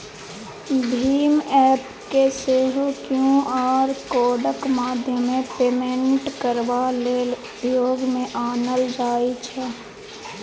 भीम app केँ सेहो Q R कोडक माध्यमेँ पेमेन्ट करबा लेल उपयोग मे आनल जाइ छै